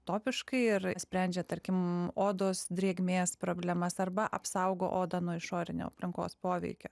topiškai ir sprendžia tarkim odos drėgmės problemas arba apsaugo odą nuo išorinio aplinkos poveikio